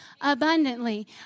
abundantly